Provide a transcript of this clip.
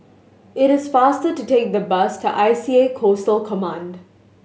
it is faster to take the bus to I C A Coastal Command